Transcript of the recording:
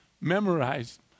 memorized